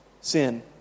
Sin